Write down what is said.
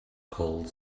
called